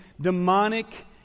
demonic